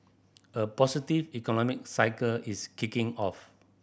a positive economic cycle is kicking off